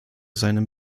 seinem